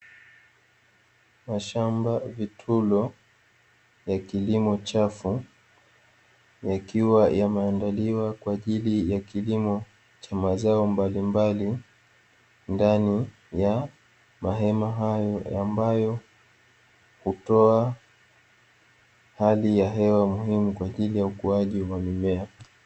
Mashamba vitulo ya kilimo chafu yakiwa yameandaliwa kwa ajili ya kilimo cha mazao mbalimbali, ndani ya mahema hayo ambayo hutoa hali ya hewa muhimu kwa ajili ya ukuaji wa mimea.